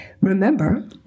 Remember